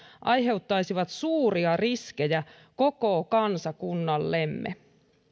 aiheuttaisivat suuria riskejä koko kansakunnallemme